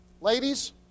ladies